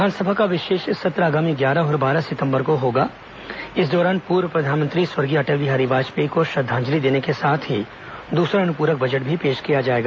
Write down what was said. विधानसभा का विशेष सत्र आगामी ग्यारह और बारह सितंबर को होगा इस दौरान पूर्व प्रधानमंत्री स्वर्गीय अटल बिहारी वाजपेयी को श्रद्वांजलि देने के साथ ही दूसरा अनुपूरक बजट भी पेश किया जाएगा